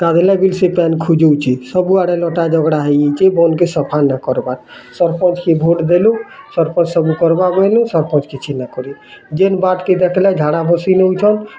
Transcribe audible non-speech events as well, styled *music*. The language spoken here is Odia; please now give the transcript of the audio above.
ତା ଦେହେ ଲାଗି ସେ ପାନ୍ ଖୋଜୁଛି ସବୁ ଆଡ଼େ ଲଟା *unintelligible* ହେଇ ଯାଇଛି ଭଲ୍ କେ ସଫା ନ କର୍ବାର୍ ସରପଞ୍ଚ କେ ଭୋଟ୍ ଦେଲୁ ସରପଞ୍ଚ ସବୁ କର୍ବୋ କହିଲେ ସରପଞ୍ଚ କିଛି ନ କରି ଯେନ୍ ବାଟ କେ ଦେଖିଲେ ଝାଡ଼ା ବସି ରହୁଛନ୍